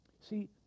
See